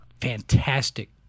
Fantastic